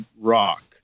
Rock